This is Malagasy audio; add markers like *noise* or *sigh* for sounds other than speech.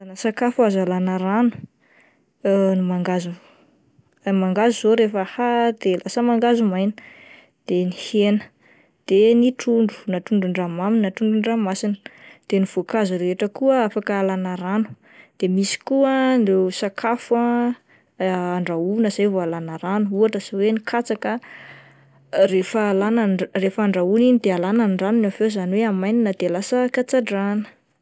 Ireo safako azo alana rano *hesitation* ny mangahazo, ny mangahazo zao rehefa ahahy ah de lasa mangahazo maina, de ny hena de ny trondro, na trondron-dranomamy na trondron-dranomasina, de ny voankazo rehetra koa afaka alana rano de misy koa ireo sakafo ah *hesitation* andrahoana izay vao alana rano ohatra izao ny katsaka rehefa alana ny ran-rehefa andrahoana iny de ranony izany hoe amainina de lasa katsa-drahana.